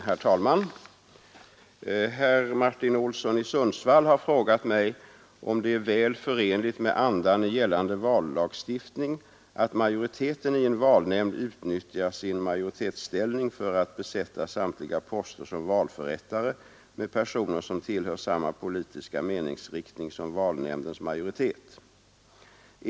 Herr talman! Herr Olsson i Sundsvall har frågat mig om det är väl förenligt med andan i gällande vallagstiftning att majoriteten i en valnämnd utnyttjar sin majoritetsställning för att besätta samtliga poster som valförrättare med personer som tillhör samma politiska meningsriktning som valnämndens majoritet.